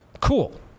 Cool